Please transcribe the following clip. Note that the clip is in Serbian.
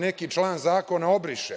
neki član zakona obriše,